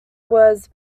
was